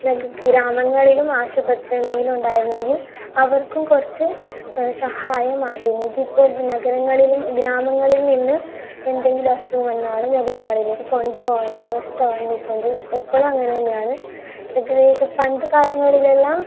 നമുക്ക് ഗ്രാമങ്ങളിലും ആശുപത്രി എന്തെങ്കിലും ഉണ്ടായിരുന്നെങ്കിൽ അവർക്കും കുറച്ച് സഹായമാട്ടിന് ഇതിപ്പോൾ നഗരങ്ങളിലും ഗ്രാമങ്ങളിൽ നിന്ന് എന്തെങ്കിലും അസുഖം വന്നാൽ നഗരങ്ങളിലേക്ക് കൊണ്ടുപോകണ്ട അവസ്ഥ വന്നിട്ടുണ്ട് എപ്പളും അങ്ങനെ തന്നെയാണ് ഏകദേശം പണ്ടു കാലങ്ങളിലെല്ലാം